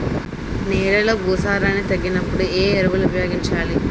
నెలలో భూసారాన్ని తగ్గినప్పుడు, ఏ ఎరువులు ఉపయోగించాలి?